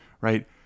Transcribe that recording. right